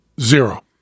Zero